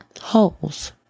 holes